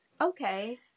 Okay